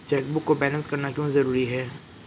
Chequebook को balance करना क्यों जरूरी है?